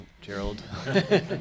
Gerald